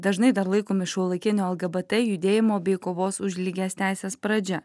dažnai dar laikomi šiuolaikinio lgbt judėjimo bei kovos už lygias teises pradžia